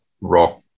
rock